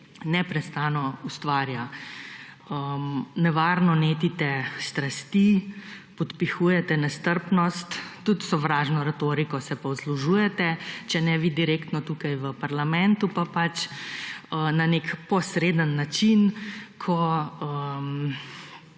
neprestano ustvarja, nevarno netite strasti, podpihujete nestrpnost, tudi sovražno retoriko se poslužujete. Če ne vi direktno tukaj v parlamentu, pa pač na nek posreden način, ko